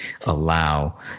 allow